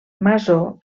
masó